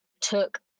took